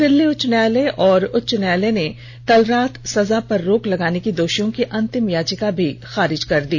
दिल्ली उच्च न्यायालय और उच्चतम न्यायालय ने कल रात सजा पर रोक लगाने की दोषियों की अंतिम याचिका भी खारिज कर दी